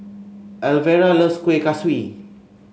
Alvera loves Kueh Kaswi